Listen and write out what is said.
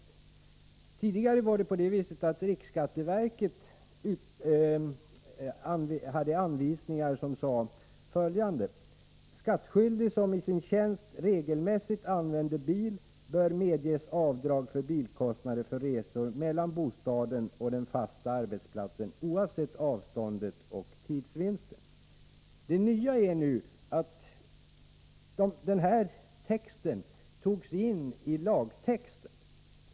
Nr 23 Tidigare var det på det sättet att riksskatteverket hade utfärdat anvisningar Måndagen den med följande innehåll: Skattskyldig som i sin tjänst regelmässigt använder bil 14 november 1983 bör medges avdrag för bilkostnader för resor mellan bostaden och den fasta arbetsplatsen oavsett avståndet och tidsvinsten. Om skatteavdragen Det nya är att den här texten nu helt ograverad tagits in i lagtexten.